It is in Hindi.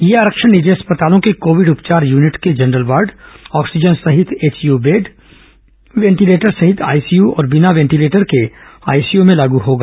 यह आरक्षण निजी अस्पतालों के कोविड उपचार यूनिट के जनरल वार्ड ऑक्सीजन सहित एचडीयू बेड वेंटीलेटर सहित आईसीयू और बिना वेंटीलेटर के आईसीयू में लागू होगा